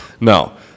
No